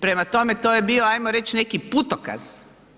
Prema tome to je bio ajmo reći neki putokaz.